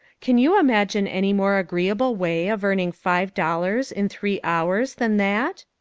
can you imagine any more agreeable way of earning five dollars in three hours than that?